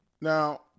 now